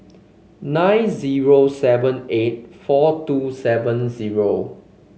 nine zero seven eight four two seven zero